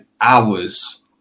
hours